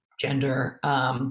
gender